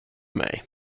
mig